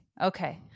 Okay